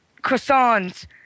croissants